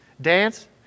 Dance